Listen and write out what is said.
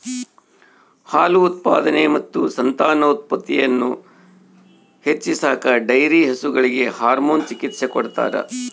ಹಾಲು ಉತ್ಪಾದನೆ ಮತ್ತು ಸಂತಾನೋತ್ಪತ್ತಿಯನ್ನು ಹೆಚ್ಚಿಸಾಕ ಡೈರಿ ಹಸುಗಳಿಗೆ ಹಾರ್ಮೋನ್ ಚಿಕಿತ್ಸ ಕೊಡ್ತಾರ